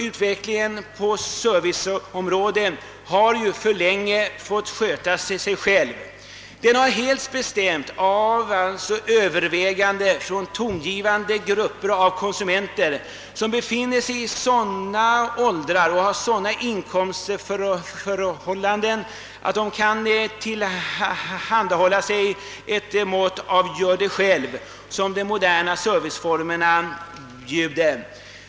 Utvecklingen på serviceområdet har alltför länge fått sköta sig själv. Den har helt bestämts av överväganden från de tongivande grupper av konsumenter som befinner sig i sådana åldrar och har sådana inkomstförhållanden, att de kan tillhandahålla det mått av »gör det själv» som de moderna serviceformerna kräver.